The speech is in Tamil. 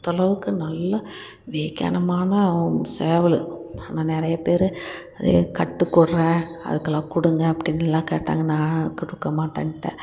அந்தளவுக்கு நல்லா வேக்யானமான சேவல் ஆனால் நிறைய பேர் அது கட்டுக்குவுட்றேன் அதுக்கெல்லாம் கொடுங்க அப்டின்னுலாம் கேட்டாங்க நான் கொடுக்க மாட்டேன்னுட்டேன்